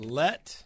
let